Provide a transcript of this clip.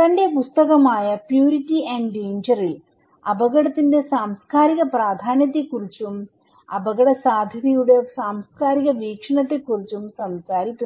തന്റെ പുസ്തകത്മായ purity and ഡേഞ്ചറിൽ അപകടത്തിന്റെ സാംസ്കാരിക പ്രാധാന്യത്തെക്കുറിച്ചും അപകടസാധ്യതയുടെ സാംസ്കാരിക വീക്ഷണത്തെക്കുറിച്ചും സംസാരിക്കുന്നു